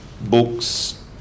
books